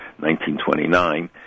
1929